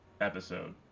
episode